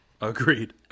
Agreed